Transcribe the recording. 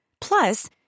Plus